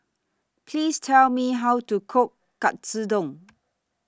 Please Tell Me How to Cook Katsudon